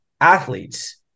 athletes